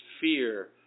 fear